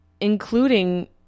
including